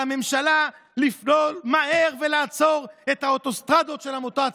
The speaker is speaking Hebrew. על הממשלה לפעול מהר ולעצור את האוטוסטרדות של המוטציות.